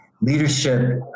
leadership